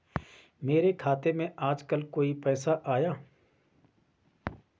मेरे खाते में आजकल कोई पैसा आया?